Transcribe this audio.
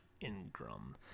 Ingram